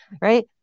Right